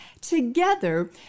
Together